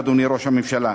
אדוני ראש הממשלה.